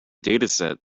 dataset